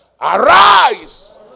Arise